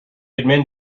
admin